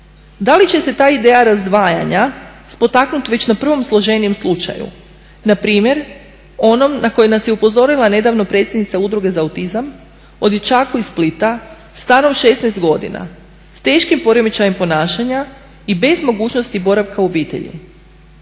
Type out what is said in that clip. da li će se ta ideja razdvajanja spotaknut već na prvom složenijem slučaju npr. onom na kojeg nas je upozorila nedavno predsjednica Udruge za autizam o dječaku iz Splita starom 16 godina s teškim poremećajem ponašanja i bez mogućnosti boravka u obitelji.